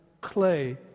clay